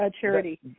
charity